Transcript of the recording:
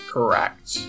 Correct